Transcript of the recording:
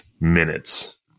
minutes